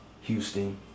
Houston